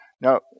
Now